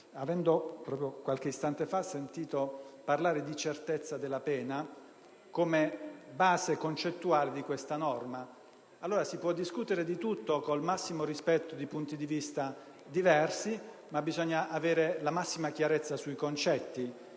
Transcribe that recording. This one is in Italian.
avendo, qualche istante fa, sentito parlare di certezza della pena come base concettuale di questa norma. Allora, si può discutere di tutto col massimo rispetto dei punti di vista diversi, ma bisogna avere la massima chiarezza sui concetti: